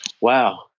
Wow